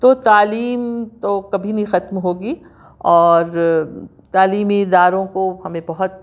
تو تعلیم تو کبھی نہیں ختم ہوگی اور تعلیمی اداروں کو ہمیں بہت